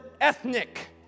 ethnic